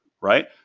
right